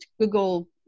google